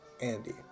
Andy